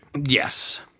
yes